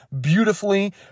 beautifully